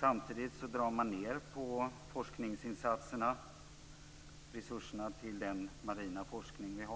Samtidigt drar man ned på forskningsinsatserna och resurserna till dagens marina forskning.